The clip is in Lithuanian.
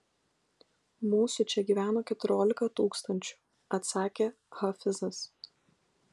mūsų čia gyveno keturiolika tūkstančių atsakė hafizas